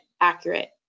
accurate